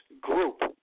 group